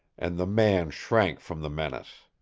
and the man shrank from the menace.